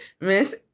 Miss